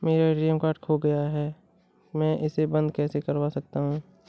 मेरा ATM card खो गया है मैं इसे कैसे बंद करवा सकता हूँ?